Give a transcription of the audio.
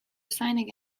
signing